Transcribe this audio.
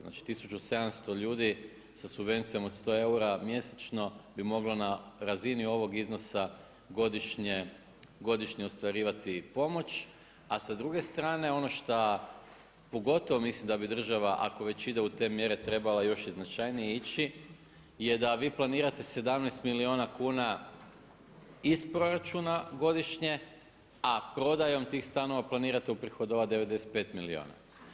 Znači 1700 ljudi sa subvencijama od 100 eura mjesečno bi moglo na razini ovog iznosa godišnje ostvarivati pomoć, a sa druge strane, ono šta pogotovo mislim da bi država ako već ide u te mjere, trebala još i značajnije ići, je da vi planirate 17 milijuna kuna iz proračuna godišnje, a prodajom tih stanova planirate uprihodovati 95 milijuna.